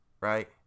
right